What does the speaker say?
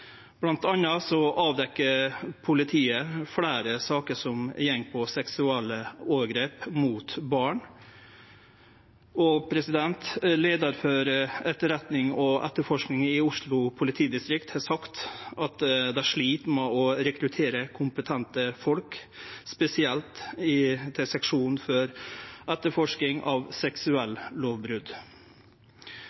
politiet fleire saker som går på seksuelle overgrep mot barn. Leiaren for etterretning og etterforsking i Oslo politidistrikt har sagt at dei slit med å rekruttere kompetente folk, spesielt til seksjonen for etterforsking av